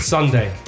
Sunday